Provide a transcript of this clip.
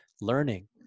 learning